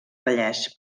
vallès